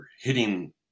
hitting